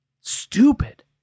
Stupid